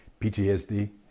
PTSD